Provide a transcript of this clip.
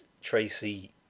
Tracy